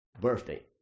birthday